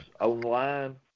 online